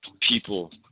people